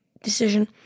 decision